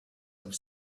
have